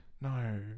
No